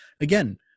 Again